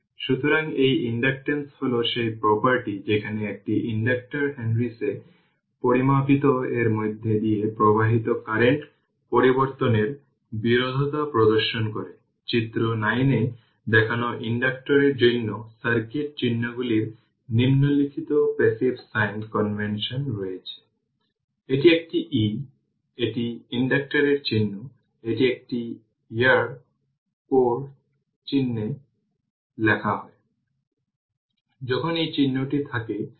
সুতরাং voltage division 5 Ω এবং 15 Ω সিরিজে রয়েছে তাই এটি 1515 5 v হবে যা r vx হবে এই ভোল্টেজটি v